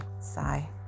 sigh